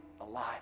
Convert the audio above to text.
alive